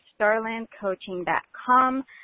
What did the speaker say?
starlandcoaching.com